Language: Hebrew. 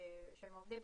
וכמו שנדבר בהמשך,